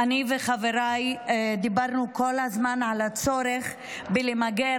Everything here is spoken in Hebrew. אני וחבריי דיברנו כל הזמן על הצורך במיגור